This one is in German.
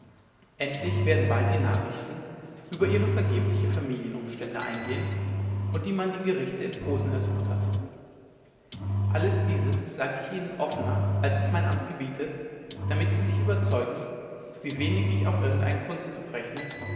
endlich werden bald die nachrichten über ihre vergebliche familienumstände eingehen um die man die gerichte in posen ersucht hat alles dieses sage ich ihnen offner als es mein amt gebietet damit sie sich überzeugen wie wenig ich auf irgendeinen kunstgriff rechne